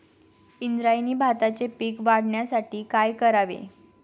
इंद्रायणी भाताचे पीक वाढण्यासाठी काय करावे?